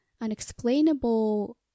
unexplainable